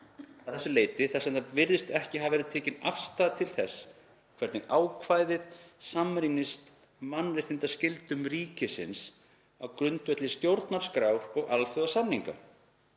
þessu leyti þar sem ekki virðist hafa verið tekin afstaða til þess hvernig ákvæðið samrýmist mannréttindaskyldum ríkisins á grundvelli stjórnarskrár og alþjóðasamninga.